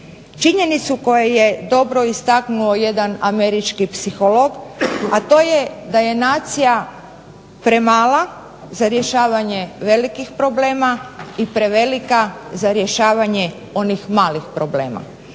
činjenicu koju je dobro istaknuo jedan američki psiholog, a to je da je nacija premala za rješavanje velikih problema i prevelika za rješavanje onih malih problema.